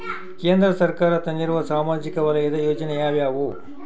ಕೇಂದ್ರ ಸರ್ಕಾರ ತಂದಿರುವ ಸಾಮಾಜಿಕ ವಲಯದ ಯೋಜನೆ ಯಾವ್ಯಾವು?